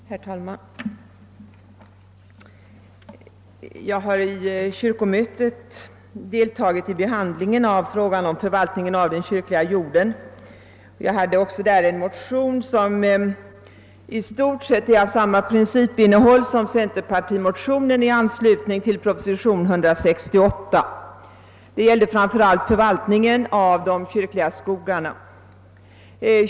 Herr talman! Jag har på kyrkomötet deltagit i behandlingen av frågan om förvaltningen av den kyrkliga jorden. Jag hade där väckt en motion som i stort sett var av samma principinnehåll som centerpartimotionen i anslutning till proposition 168. Den gällde framför allt förvaltningen av de kyrkliga skogarna.